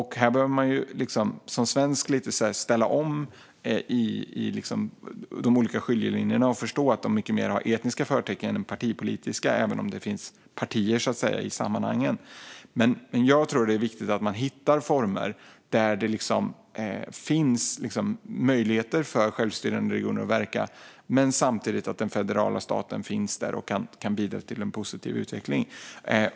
Här behöver man som svensk ställa om i tanken om de olika skiljelinjerna och förstå att de har mer av etniska förtecken än partipolitiska, även om det i sammanhanget finns partier. Jag tror att det är viktigt att man hittar former där det finns möjligheter för självstyrande regioner att verka, men samtidigt måste den federala staten finnas till hands och bidra till en positiv utveckling.